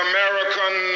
American